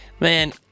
man